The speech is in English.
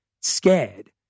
scared